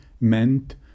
meant